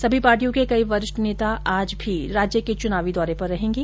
सभी पार्टियों के कई वरिष्ठ नेता आज भी राज्य के च्नावी दौरे पर रहेंगे